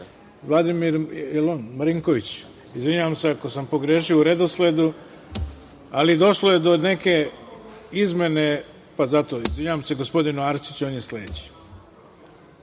Vladimir Marinković. Izvinjavam se ako sam pogrešio u redosledu, došle je do neke izmene, pa zato. Izvinjavam se gospodinu Arsiću, on je sledeći.